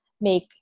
make